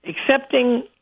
Accepting